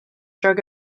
drug